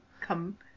come